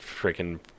freaking